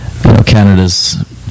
Canada's